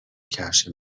کفش